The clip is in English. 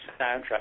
soundtrack